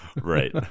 Right